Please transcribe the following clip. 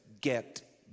get